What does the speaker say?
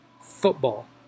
football